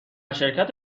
شرکت